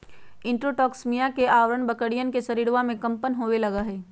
enterotoxaemia के अआरण बकरियन के शरीरवा में कम्पन होवे लगा हई